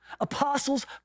apostles